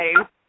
okay